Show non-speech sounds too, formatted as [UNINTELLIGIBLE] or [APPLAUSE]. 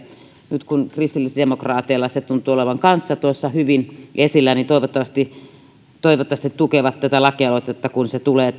nyt kun myös kristillisdemokraateilla se tuntuu olevan tuossa hyvin esillä niin toivottavasti he tukevat tätä lakialoitetta kun se tulee [UNINTELLIGIBLE]